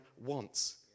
wants